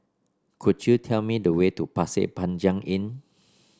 could you tell me the way to Pasir Panjang Inn